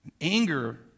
Anger